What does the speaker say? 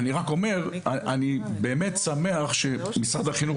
אני רק אומר אני באמת שמח שמשרד החינוך